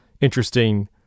interesting